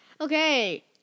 Okay